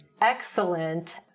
excellent